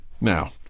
Now